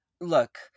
look